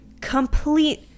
complete